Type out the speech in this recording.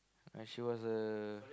she was a